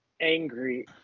angry